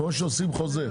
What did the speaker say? או שעושים חוזה,